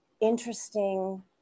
interesting